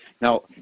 Now